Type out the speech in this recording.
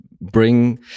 bring